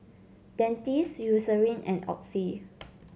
Dentiste Eucerin and Oxy